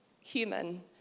human